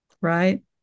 right